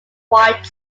wide